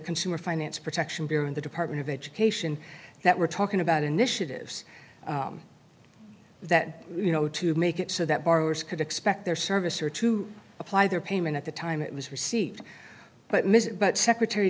consumer finance protection bureau and the department of education that we're talking about initiatives that you know to make it so that borrowers could expect their service or to apply their payment at the time it was received but missed but secretary